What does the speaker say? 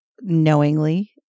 Knowingly